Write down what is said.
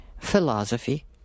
philosophy